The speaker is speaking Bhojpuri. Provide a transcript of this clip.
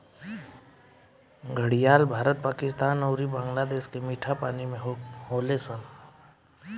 घड़ियाल भारत, पाकिस्तान अउरी बांग्लादेश के मीठा पानी में होले सन